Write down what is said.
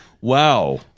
Wow